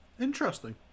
Interesting